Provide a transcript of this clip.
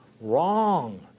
Wrong